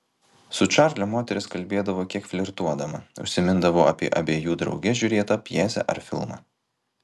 su čarliu moteris kalbėdavo kiek flirtuodama užsimindavo apie abiejų drauge žiūrėtą pjesę ar filmą